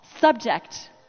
subject